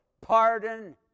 Pardon